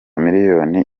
miliyoni